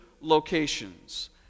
locations